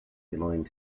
belonging